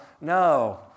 no